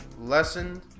lessened